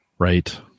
right